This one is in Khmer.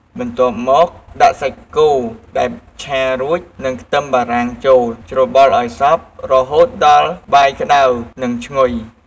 បន្ទាប់មកដាក់សាច់គោដែលឆារួច និងខ្ទឹមបារាំងចូល ច្របល់ឱ្យសព្វ រហូតដល់បាយក្តៅ និង ឈ្ងុយ។